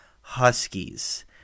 Huskies